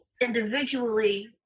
individually